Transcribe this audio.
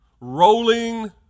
Rolling